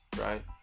right